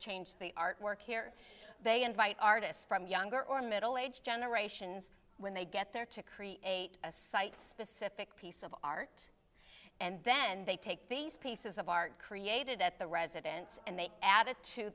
change the artwork here they invite artists from younger or middle age generations when they get there to create a site specific piece of art and then they take these pieces of art created at the residence and they add